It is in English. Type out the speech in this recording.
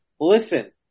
listen